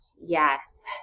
yes